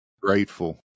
grateful